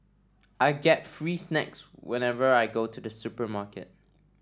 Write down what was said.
I get free snacks whenever I go to the supermarket